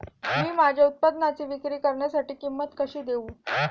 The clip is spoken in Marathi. मी माझ्या उत्पादनाची विक्री करण्यासाठी किंमत कशी देऊ?